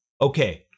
Okay